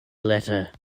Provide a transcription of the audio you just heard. letter